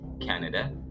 Canada